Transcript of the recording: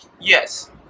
Yes